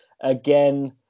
Again